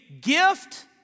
gift